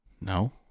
No